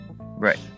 Right